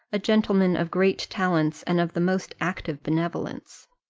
a gentleman of great talents, and of the most active benevolence,